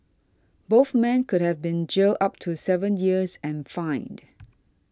both men could have been jailed up to seven years and fined